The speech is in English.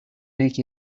naked